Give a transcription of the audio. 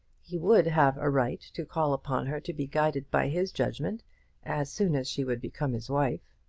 he would have a right to call upon her to be guided by his judgment as soon as she would become his wife.